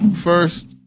first